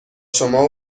شما